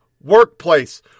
workplace